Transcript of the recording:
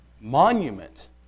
monument